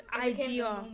idea